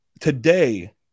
today